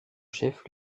chef